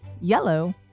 yellow